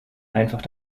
einfach